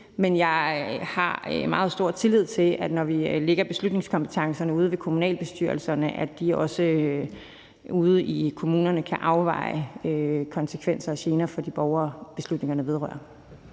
Men jeg har meget stor tillid til, at når vi lægger beslutningskompetencerne ude i kommunalbestyrelserne, kan de også ude i kommunerne afveje konsekvenser og gener for de borgere, beslutningerne vedrører.